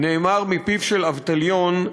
מפיו של אבטליון,